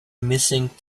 missing